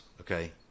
okay